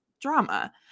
drama